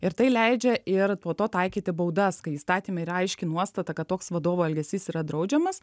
ir tai leidžia ir po to taikyti baudas kai įstatyme yra aiški nuostata kad toks vadovo elgesys yra draudžiamas